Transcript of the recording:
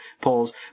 polls